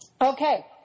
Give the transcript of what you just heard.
okay